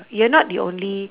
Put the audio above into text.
you're not the only